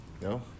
No